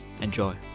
Enjoy